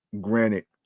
granite